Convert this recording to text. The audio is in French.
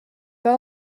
pas